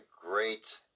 great